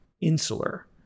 insular